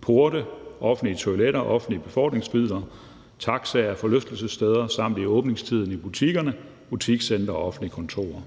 porte, offentlige toiletter, offentlige befordringsmidler og taxaer, forlystelsessteder samt i åbningstiden i butikker, butikscentre og offentlige kontorer.